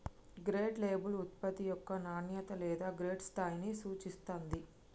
grade label ఉత్పత్తి యొక్క నాణ్యత లేదా గ్రేడ్ స్థాయిని సూచిత్తాంది